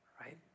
right